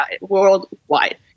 Worldwide